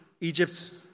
Egypt's